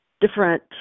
different